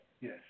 Yes